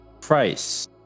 price